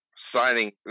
signing